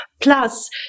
Plus